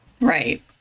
Right